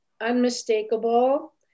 unmistakable